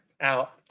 out